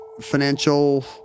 financial